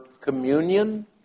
communion